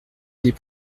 est